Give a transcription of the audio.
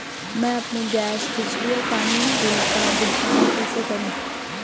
मैं अपने गैस, बिजली और पानी बिल का भुगतान कैसे करूँ?